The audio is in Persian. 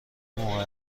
موقع